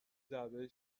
جعبه